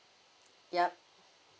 yup